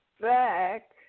back